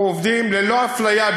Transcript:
אנחנו עובדים ללא אפליה,